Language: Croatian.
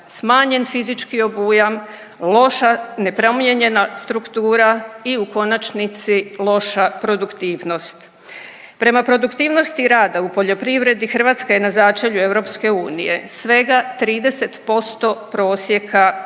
Smanjen fizički obujam, loša nepromijenjena struktura i u konačnici loša produktivnost. Prema produktivnosti rada u poljoprivredi, Hrvatska je na začelju EU. Svega 30% prosjeka